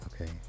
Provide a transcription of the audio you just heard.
okay